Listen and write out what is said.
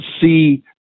see